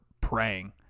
praying